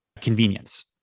convenience